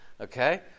okay